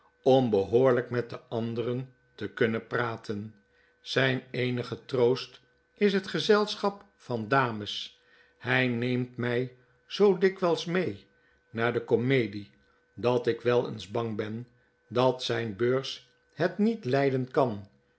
om behoorlijk met de anderen te kunnen praten zijn eenige troost is het gezelschap van dames hij neemt mij zoo dikwijls mee naar de komedie dat ik wel eens bang ben dat zijn beurs het niet lijden kan